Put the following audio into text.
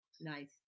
Nice